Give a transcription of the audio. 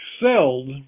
excelled